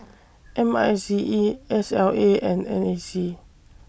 M I C E S L A and N A C